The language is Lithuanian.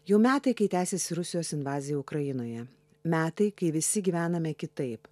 jau metai kai tęsiasi rusijos invaziją ukrainoje metai kai visi gyvename kitaip